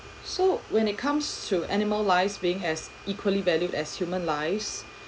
so when it comes to animal lives being as equally valued as human lives